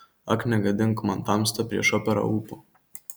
ak negadink man tamsta prieš operą ūpo